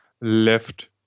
left